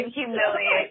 humiliate